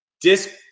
disc